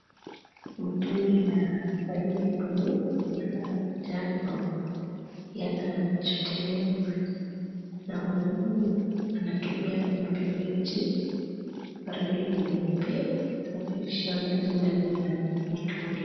Mtungi ya rangi ya bluu na njano yana chotelewa maji na mwanamume ana tumia mfereji ya rangi nyeupe kusafisha maji ndani ya mitungi.